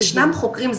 ישנם חוקרים,